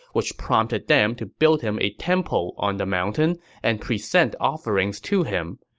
which prompted them to build him a temple on the mountain and present offerings to him.